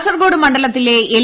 കാസർകോട് മണ്ഡലത്തിലെ എൽ